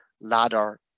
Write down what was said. ladder